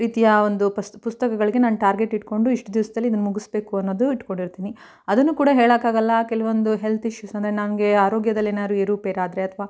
ರೀತಿಯ ಒಂದು ಪುಸ್ತಕಗಳಿಗೆ ನಾನು ಟಾರ್ಗೆಟ್ ಇಟ್ಕೊಂಡು ಇಷ್ಟು ದಿವಸದಲ್ಲಿ ಇದನ್ನು ಮುಗಿಸಬೇಕು ಅನ್ನೋದು ಇಟ್ಕೊಂಡಿರ್ತೀನಿ ಅದನ್ನು ಕೂಡ ಹೇಳೋಕಾಗಲ್ಲ ಕೆಲವೊಂದು ಹೆಲ್ತ್ ಇಷ್ಯೂಸ್ ಅಂದರೆ ನನಗೆ ಆರೋಗ್ಯದಲ್ಲಿ ಏನಾದರೂ ಏರು ಪೇರು ಆದರೆ ಅಥ್ವಾ